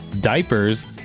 diapers